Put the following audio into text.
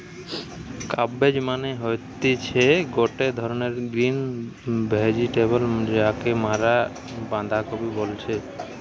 cabbage মানে হতিছে গটে ধরণকার গ্রিন ভেজিটেবল যাকে মরা বাঁধাকপি বলতেছি